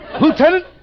Lieutenant